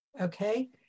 okay